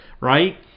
right